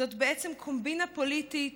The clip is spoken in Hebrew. זאת בעצם קומבינה פוליטית